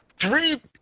three